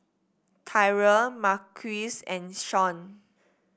Tyrell Marquise and Sean